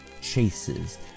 chases